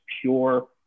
pure